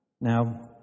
Now